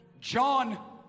John